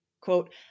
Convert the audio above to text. Quote